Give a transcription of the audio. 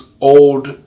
old